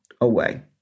away